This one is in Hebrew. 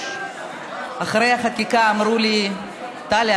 אחרי החקיקה אמרו לי: טלי,